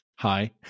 Hi